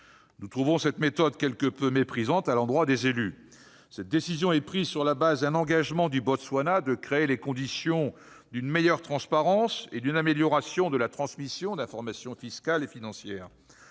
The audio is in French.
Nous trouvons cette méthode quelque peu méprisante à l'endroit des élus nationaux. Cette décision a été prise sur la base d'un engagement du Botswana de créer les conditions d'une meilleure transparence et d'une amélioration de la transmission d'informations fiscales et financières.